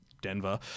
Denver